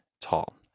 tall